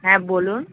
হ্যাঁ বলুন